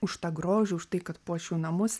už tą grožį už tai kad puoš jų namus